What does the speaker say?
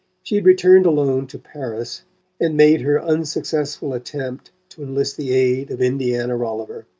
she had returned alone to paris and made her unsuccessful attempt to enlist the aid of indiana rolliver.